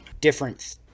different